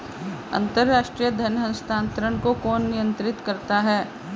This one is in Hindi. अंतर्राष्ट्रीय धन हस्तांतरण को कौन नियंत्रित करता है?